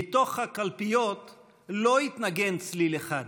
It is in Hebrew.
מתוך הקלפיות לא התנגן צליל אחד.